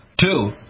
Two